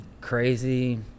crazy